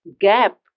gap